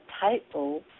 title